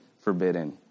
forbidden